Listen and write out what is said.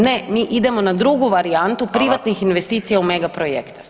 Ne, mi idemo na drugu varijantu privatnih [[Upadica: Hvala.]] investicija u mega projekte.